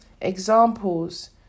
Examples